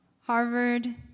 Harvard